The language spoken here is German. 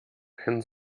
kein